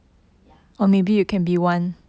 yeah